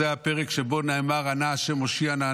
זה הפרק שבו נאמר "אנא ה' הושיע נא,